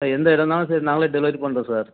எந்த எடம்னாலும் சரி நாங்களே டெலிவரி பண்ணுறோம் சார்